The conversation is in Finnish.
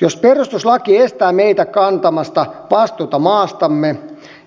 jos perustuslaki estää meitä kantamasta vastuuta maastamme